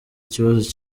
ikibazo